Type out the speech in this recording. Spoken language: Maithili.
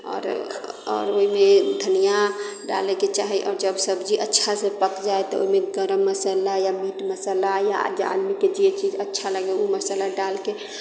आओर आओर ओहिमे धनिया डालैके चाही आओर जब सब्जी अच्छा से पक जाइ तऽ ओहिमे गरम मसाला या मीट मसाला या आदमीके जे चीज अच्छा लागै ओ मसाला डालिके